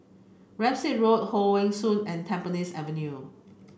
Rams Road Hong Wen School and Temasek Avenue